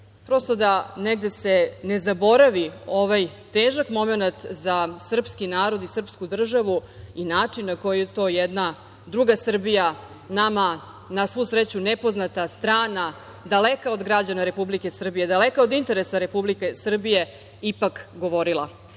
prosto da negde se ne zaboravi ovaj težak momenat za srpski narod i srpsku državu i način na koji je to jedna druga Srbija nama, na svu sreću nepoznata, strana, daleka od građana Republike Srbije, daleka od interesa Republike Srbije ipak govorila. Ovo